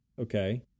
okay